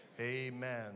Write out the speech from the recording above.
Amen